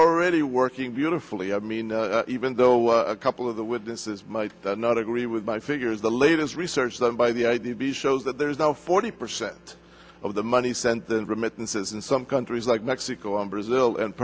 already working beautifully i mean even though a couple of the witnesses might not agree with my figures the latest research done by the id be shows that there is now forty percent of the money sent remittances in some countries like mexico and brazil and